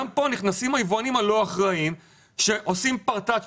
גם פה נכנסים היבואנים הלא אחראיים שעושים פרטץ',